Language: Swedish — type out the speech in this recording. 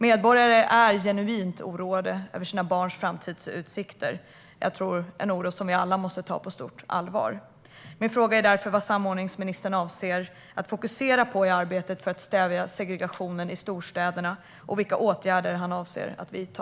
Medborgarna är genuint oroade över sina barns framtidsutsikter - en oro som vi alla måste ta på stort allvar. Min fråga är därför vad samordningsministern avser att fokusera på i arbetet för att stävja segregationen i storstäderna och vilka åtgärder som han avser att vidta.